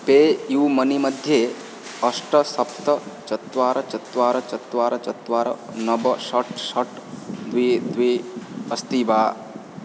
pay money मनी मध्ये अष्ट सप्त चत्वारि चत्वारि चत्वारि चत्वारि नव षट् षट् द्वि द्वि अस्ति वा